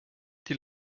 die